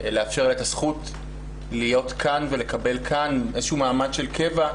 לאפשר לה את הזכות להיות כאן ולקבל כאן איזשהו מעמד של קבע,